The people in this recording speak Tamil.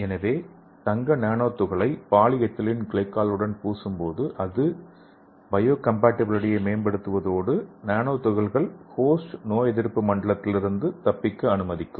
எனவே தங்க நானோ துகளை பாலிஎதிலீன் கிளைகோலுடன் பூசும்போது அது பயோகம்பாட்டிபிலிட்டியை மேம்படுத்துவதோடு நானோ துகள்கள் ஹோஸ்ட் நோயெதிர்ப்பு மண்டலத்திலிருந்து தப்பிக்க அனுமதிக்கும்